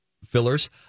Fillers